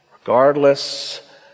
regardless